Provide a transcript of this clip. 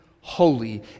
holy